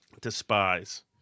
despise